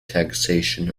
taxation